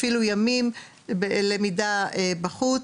אפילו ימים ללמידה בחוץ.